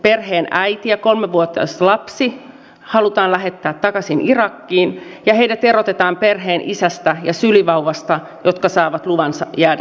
perheen äiti ja kolmivuotias lapsi halutaan lähettää takaisin irakiin ja heidät erotetaan perheen isästä ja sylivauvasta jotka saavat luvan jäädä suomeen